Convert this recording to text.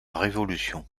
révolution